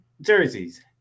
Jerseys